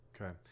okay